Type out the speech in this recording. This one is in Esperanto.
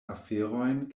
aferojn